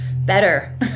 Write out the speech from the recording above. better